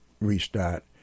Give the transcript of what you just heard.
restart